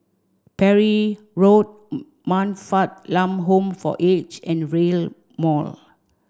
Parry Road Man Fatt Lam Home for Aged and Rail Mall